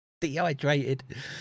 dehydrated